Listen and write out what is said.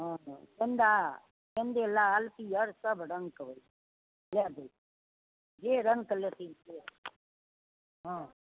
हँ हँ गेंदा गेंदे लाल पिअर सब रङ्गके होइत छै लए जेथ जे रङ्गके लेथिन से हँ